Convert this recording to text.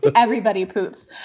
everybody poops.